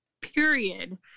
period